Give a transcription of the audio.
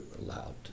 allowed